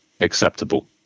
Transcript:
acceptable